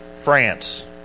France